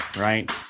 Right